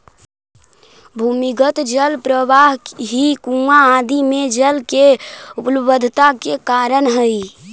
भूमिगत जल प्रवाह ही कुआँ आदि में जल के उपलब्धता के कारण हई